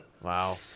Wow